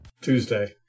Tuesday